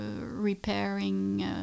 repairing